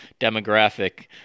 demographic